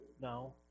No